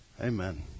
Amen